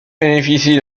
bénéficie